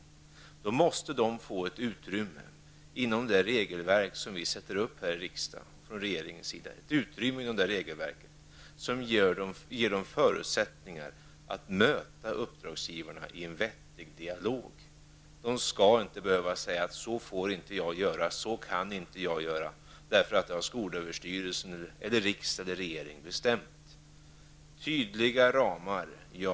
Lärarna måste få ett utrymme inom det regelverk som fastställs av riksdag och regering och som ger dem förutsättningar att möta uppdragsgivarna i en vettig dialog. De skall inte behöva säga: Så får jag inte göra och så kan jag inte göra, därför att skolöverstyrelsen, riksdagen eller regeringen har bestämt det. Tydliga ramar -- ja.